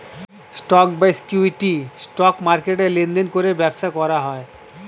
stock বা equity, stock মার্কেটে লেনদেন করে ব্যবসা করা হয়